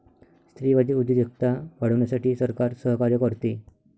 स्त्रीवादी उद्योजकता वाढवण्यासाठी सरकार सहकार्य करते